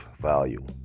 value